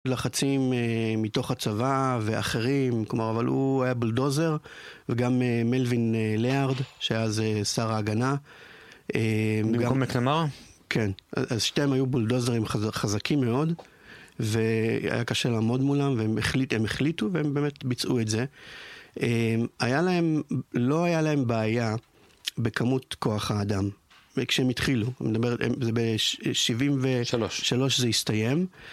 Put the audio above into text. לחצים מתוך הצבא ואחרים, כלומר, אבל הוא היה בולדוזר וגם מלווין ליירד, שהיה אז שר ההגנה כן, אז שתיהם היו בולדוזרים חזקים מאוד והיה קשה לעמוד מולם, והם החליטו והם באמת ביצעו את זה, היה להם, לא היה להם בעיה בכמות כוח האדם כשהם התחילו, זאת אומרת, זה ב-73' זה הסתיים